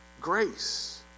grace